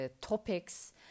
topics